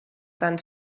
tan